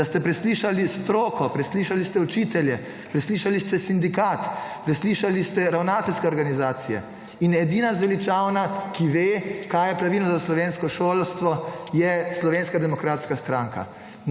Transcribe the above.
da ste preslišali stroko, preslišali ste učitelje, preslišali ste sindikat, preslišali ste ravnateljske organizacije. In edina zveličavna, ki ve, kaj je pravilno za slovensko šolstvo, je Slovenska demokratska stranka.